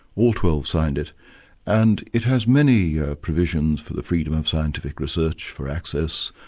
all twelve signed it and it has many ah provisions for the freedom of scientific research, for access,